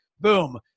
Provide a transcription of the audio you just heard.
Boom